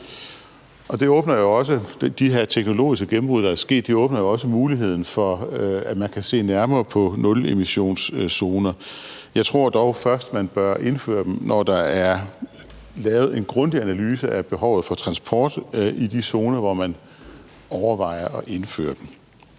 dag. De her teknologiske gennembrud, der er sket, åbner jo også muligheden for, at man kan se nærmere på nulemissionszoner. Jeg tror dog først, man bør indføre dem, når der er lavet en grundig analyse af behovet for transport i de zoner, hvor man overvejer at indføre dem.